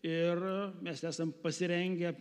ir mes esam pasirengę